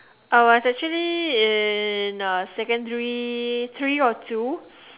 I was actually in uh secondary three or two